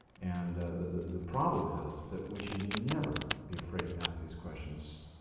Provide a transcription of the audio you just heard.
and the problem is that we should never be afraid to ask these questions.